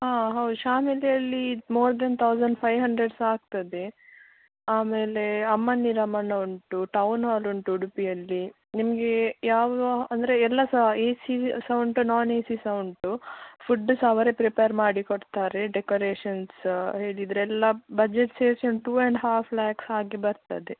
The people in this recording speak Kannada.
ಆಂ ಹೌದು ಶಾಮಿಲಿಯಲ್ಲಿ more than thousand five hundred ಸಹ ಆಗ್ತದೆ ಆಮೇಲೆ ಅಮ್ಮಣ್ಣಿ ರಾಮಣ್ಣ ಉಂಟು ಟೌನ್ ಹಾಲ್ ಉಂಟು ಉಡುಪಿಯಲ್ಲಿ ನಿಮ್ಗೆ ಯಾವ ಅಂದರೆ ಎಲ್ಲ ಸಹ ಎ ಸಿ ಸಹ ಉಂಟು ನಾನ್ ಎ ಸಿ ಸಹ ಉಂಟು ಫುಡ್ ಸಹ ಅವರೇ ಪ್ರಿಪೇರ್ ಮಾಡಿ ಕೊಡ್ತಾರೆ ಡೆಕೋರೇಷನ್ಸ್ ಹೇಳಿದ್ರೆ ಎಲ್ಲ ಬಜೆಟ್ ಸೇರಿಸಿ ಒಂದು ಟೂ ಆ್ಯಂಡ್ ಹಾಫ್ ಲ್ಯಾಕ್ಸ್ ಹಾಗೆ ಬರ್ತದೆ